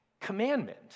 commandment